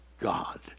God